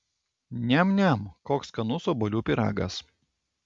niam niam koks skanus obuolių pyragas